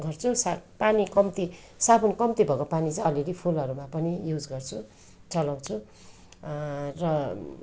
गर्छु सब पानी कम्ती साबुन कम्ती भएको पानीहरू चाहिँ अलिअलि फुलहरूमा पनि युज गर्छु चलाउँछु र